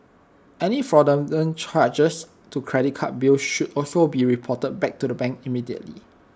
any fraudulent charges to credit card bills should also be reported back to the bank immediately